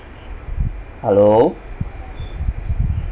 hello